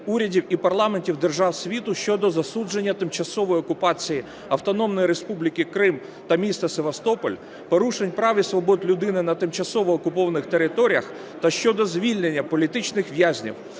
урядів і парламентів держав світу щодо засудження тимчасової окупації Автономної Республіки Крим та міста Севастополь, порушень прав і свобод людини на тимчасово окупованих територіях та щодо звільнення політичних в'язнів